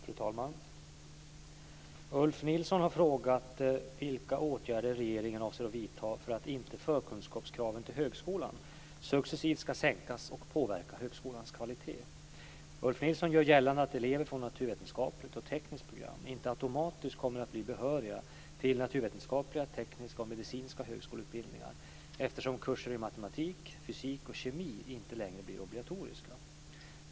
Fru talman! Ulf Nilsson har frågat vilka åtgärder regeringen avser att vidta för att inte förkunskapskraven till högskolan successivt ska sänkas och påverka högskolans kvalitet. Ulf Nilsson gör gällande att elever från naturvetenskapligt och tekniskt program inte automatiskt kommer att bli behöriga till naturvetenskapliga, tekniska och medicinska högskoleutbildningar eftersom kurser i matematik, fysik och kemi inte längre blir obligatoriska.